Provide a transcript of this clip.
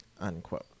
Unquote